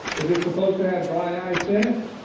if it's supposed to have dry ice in it,